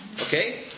Okay